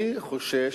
אני חושש,